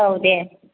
औ दे